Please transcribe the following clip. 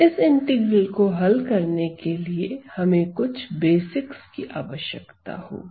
इस इंटीग्रल को हल करने के लिए हमें कुछ बेसिक्स की आवश्यकता होगी